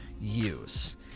use